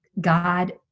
God